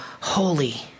holy